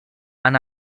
han